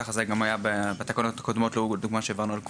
כך זה היה גם בתקנות הקודמות לדוגמא שהעברנו על קבורה,